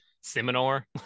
seminar